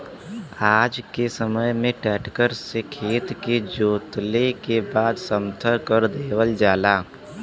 आज के समय में ट्रक्टर से खेत के जोतले के बाद समथर कर देवल जाला